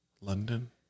London